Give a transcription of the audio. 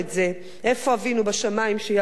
איפה אבינו בשמים שיעזור להם?